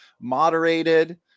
moderated